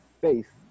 faith